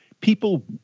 people